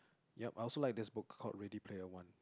yup I also like this book called Ready Player One